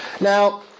Now